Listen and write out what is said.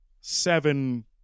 seven